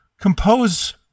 compose